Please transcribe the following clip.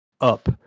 up